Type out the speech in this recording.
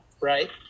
right